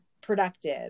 productive